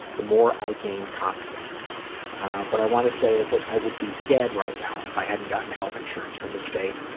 the more i gain confidence what i want to say is that i would be dead right now if i hadn't gotten health insurance from the state